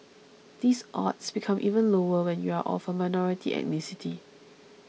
these odds become even lower when you are of a minority ethnicity